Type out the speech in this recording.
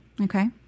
Okay